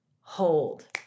hold